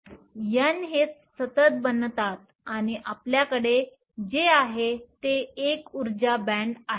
N हे सतत बनतात आणि आपल्याकडे जे आहे ते एक ऊर्जा बँड आहे